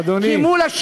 אדוני,